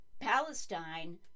Palestine